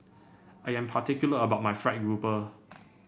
I am particular about my fried grouper